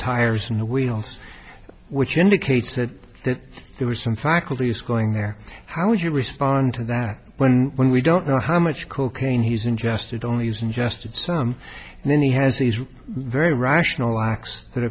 tires and the wheels which indicates that there was some faculties going there how would you respond to that when when we don't know how much cocaine he's ingested only use ingested some and then he has these very rational acts that